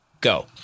go